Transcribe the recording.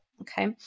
okay